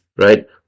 right